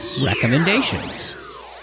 recommendations